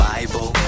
Bible